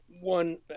One